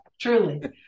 truly